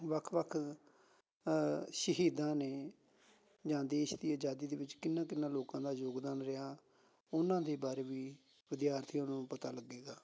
ਵੱਖ ਵੱਖ ਸ਼ਹੀਦਾਂ ਨੇ ਜਾਂ ਦੇਸ਼ ਦੀ ਆਜ਼ਾਦੀ ਦੇ ਵਿੱਚ ਕਿਹਨਾਂ ਕਿਹਨਾਂ ਲੋਕਾਂ ਦਾ ਯੋਗਦਾਨ ਰਿਹਾ ਉਹਨਾਂ ਦੇ ਬਾਰੇ ਵੀ ਵਿਦਿਆਰਥੀ ਨੂੰ ਪਤਾ ਲੱਗੇਗਾ